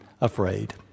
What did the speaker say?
afraid